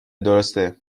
درسته